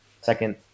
second